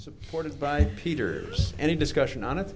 supported by peter's any discussion on it